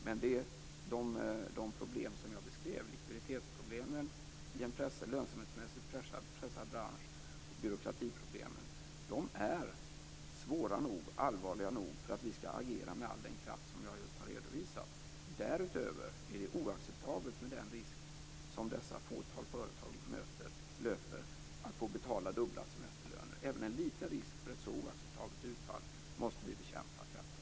Men likviditetsproblem i en lönsamhetsmässigt pressad bransch och byråkratiproblemen är svåra och allvarliga nog för att vi skall agera med all den kraft jag just har redovisat. Därutöver är det oacceptabelt med den risk som dessa fåtal företag löper att få betala ut dubbla semesterlöner. Även en liten risk för ett så oacceptabelt utfall måste vi bekämpa kraftfullt.